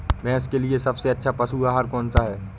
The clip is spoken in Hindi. भैंस के लिए सबसे अच्छा पशु आहार कौन सा है?